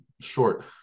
short